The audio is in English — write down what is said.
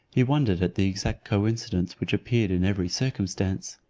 he wondered at the exact coincidence which appeared in every circumstance.